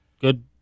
Good